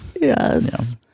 Yes